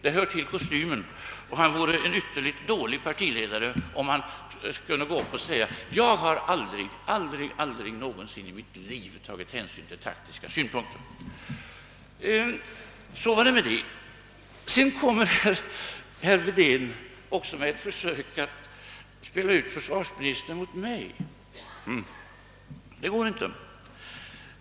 Det hör till kostymen, och han vore en ytterligt dålig partiledare om han ginge upp och sade: Jag har aldrig någonsin i mitt liv tagit taktiska hänsyn! Herr Wedén gör också ett försök att spela ut försvarsministern mot mig. Det går inte.